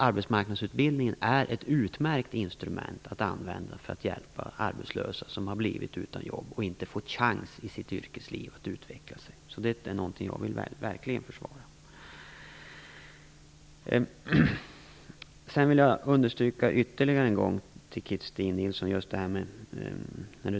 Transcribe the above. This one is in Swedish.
Arbetsmarknadsutbildningen är ett utmärkt instrument att använda för att hjälpa arbetslösa som i sitt yrkesliv inte har fått chansen att utveckla sig. Det är någonting som jag verkligen vill försvara. Christin Nilsson tog ett exempel med flygvärdinnor.